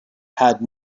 had